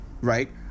right